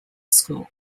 school